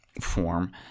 form